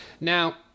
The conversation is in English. Now